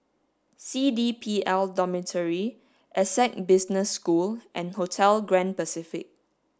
C D P L Dormitory Essec Business School and Hotel Grand Pacific